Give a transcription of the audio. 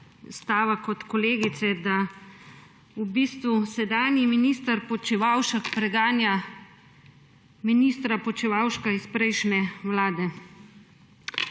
stavek od kolegice – da v bistvu sedanji minister Počivalšek preganja ministra Počivalška iz prejšnje vlade.